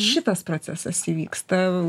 šitas procesas įvyksta